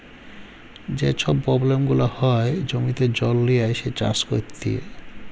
যে ছব পব্লেম গুলা হ্যয় জমিতে জল লিয়ে আইসে চাষ ক্যইরতে